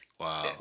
Wow